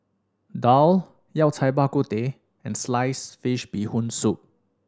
daal Yao Cai Bak Kut Teh and sliced fish Bee Hoon Soup